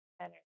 energy